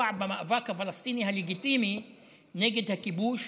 במאבק הפלסטיני הלגיטימי נגד הכיבוש,